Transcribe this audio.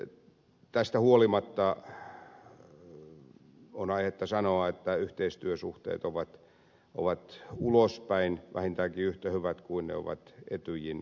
mutta tästä huolimatta on aihetta sanoa että yhteistyösuhteet ovat ulospäin vähintäänkin yhtä hyvät kuin ne ovat etyjin sisällä